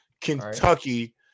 Kentucky